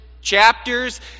chapters